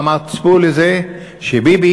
אמרתי: צפו לזה שביבי,